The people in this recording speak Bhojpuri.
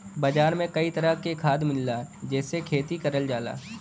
बाजार में कई तरह के खाद मिलला जेसे खेती करल जाला